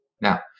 Now